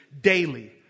daily